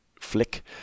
flick